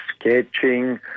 sketching